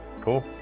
cool